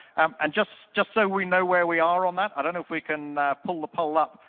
um and just just so we know where we are on that, i don't know if we can pull the poll up,